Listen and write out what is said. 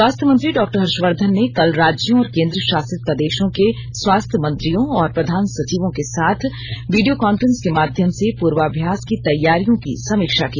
स्वास्थ्य मंत्री डॉक्टर हर्षवर्धन ने कल राज्यों और केन्द्रशासित प्रदेशों के स्वास्थ्य मंत्रियों और प्रधान सचिवों के साथ वीडियो कांफ्रेंस के माध्यम से पूर्वाभ्यास की तैयारियों की समीक्षा की